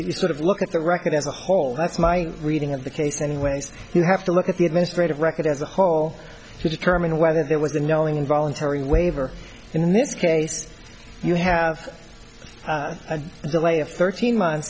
that you sort of look at the record as a whole that's my reading of the case anyways you have to look at the administrative record as a whole to determine whether there was a knowing and voluntary waiver in this case you have a delay of thirteen months